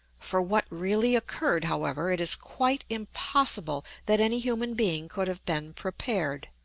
for what really occurred, however, it is quite impossible that any human being could have been prepared.